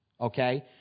okay